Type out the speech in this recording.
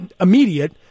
immediate